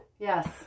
Yes